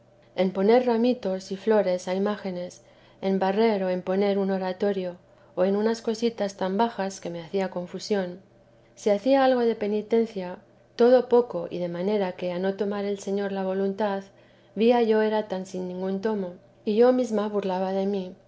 en poner ramitos y flores a imágenes en barrer o en poner un oratorio o en unas cositas tan bajas que me hacía confusión si hacía algo de penitencia todo poco y de manera que a no tomar el señor la voluntad veía yo era sin ningún tomo y yo mesma burlaba de mí